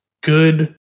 good